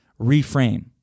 reframe